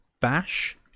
Bash